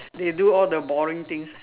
they do all the boring things